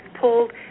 pulled